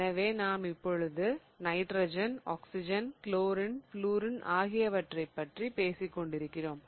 எனவே நாம் இப்பொழுது நைட்ரஜன் ஆக்சிஜன் குளோரின் ப்ளூரின் ஆகியவற்றை பற்றி பேசிக்கொண்டிருக்கிறோம்